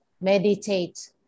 meditate